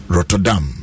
Rotterdam